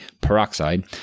peroxide